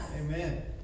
Amen